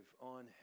on